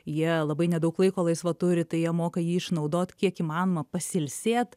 jie labai nedaug laiko laisvo turi tai jie moka jį išnaudot kiek įmanoma pasilsėt